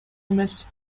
эмес